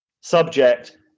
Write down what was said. subject